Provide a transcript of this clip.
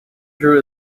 drew